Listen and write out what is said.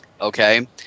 okay